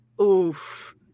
Oof